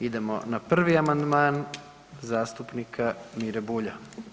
Idemo na prvi amandman zastupnika Mire Bulja.